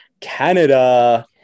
Canada